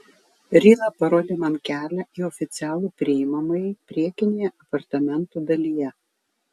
rila parodė man kelią į oficialų priimamąjį priekinėje apartamentų dalyje